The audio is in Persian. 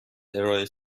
ارائه